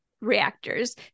reactors